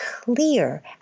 clear